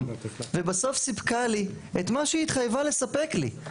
ובסוף סיפקה לי את מה שהיא התחייבה לספק לי.